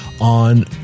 on